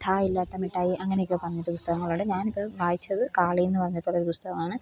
ഠായില്ലാത്ത മിട്ടായി അങ്ങനെയെക്കെ പറഞ്ഞിട്ട് പുസ്തകങ്ങളുണ്ട് ഞാനിപ്പോള് വായിച്ചത് കാളി എന്ന് പറഞ്ഞിട്ടൊള്ളൊരു പുസ്തകമാണ്